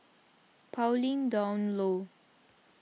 Pauline Dawn Loh